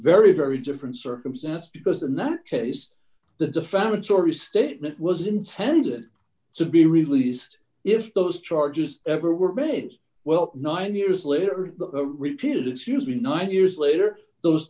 very very different circumstance because in that case the defamatory statement was intended to be released if those charges ever were made well nine years later repeated excuse me nine years later those